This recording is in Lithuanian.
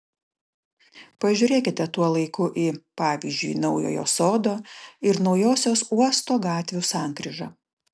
pažiūrėkite tuo laiku į pavyzdžiui naujojo sodo ir naujosios uosto gatvių sankryžą